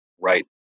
right